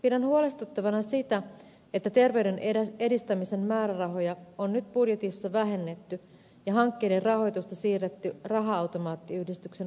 pidän huolestuttavana sitä että terveyden edistämisen määrärahoja on nyt budjetissa vähennetty ja hankkeiden rahoitusta siirretty raha automaattiyhdistyksen vastuulle